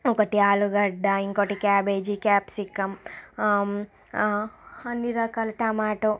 ఒకటి ఆలుగడ్డ ఇంకోటి క్యాబేజీ క్యాప్సికం అన్ని రకాల టమాటో